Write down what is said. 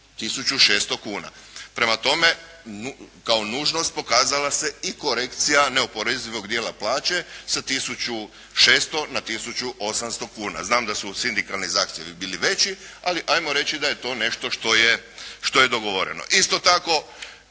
1.600,00 kuna. Prema tome, kao nužnost pokazala se i korekcija neoporezivog dijela plaće sa tisuću 600 na tisući 800 kuna. Znam da su sindikalni zahtjevi bili veći, ali ajmo reći da je to nešto što je dogovoreno.